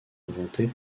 inventée